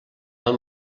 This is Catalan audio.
deu